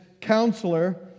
counselor